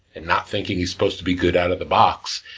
and not thinking he's supposed to be good out of the box,